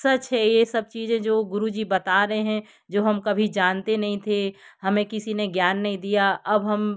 सच है ये सब चीज़ें जो गुरुजी बता रहे हैं जो हम कभी जानते नहीं थे हमें किसी ने ज्ञान नहीं दिया अब हम